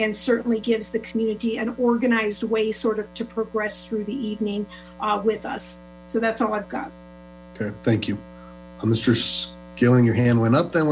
and certainly gives the community an organized way sort of to progress through the evening with us so that's all i've got thank you mr gilling your hand went up